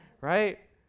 right